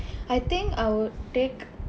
I think I would take